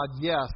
yes